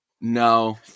No